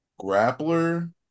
grappler